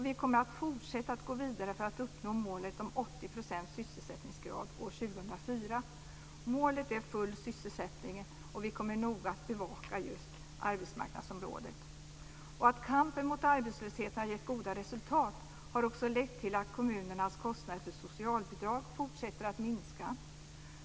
Vi kommer att fortsätta att gå vidare för att uppnå målet om 80 % sysselsättningsgrad år 2004. Målet är full sysselsättning, och vi kommer noga att bevaka just arbetsmarknadsområdet. Att kampen mot arbetslösheten har gett goda resultat har också lett till att kommunernas kostnader för socialbidrag fortsätter att minska.